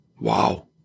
wow